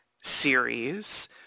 series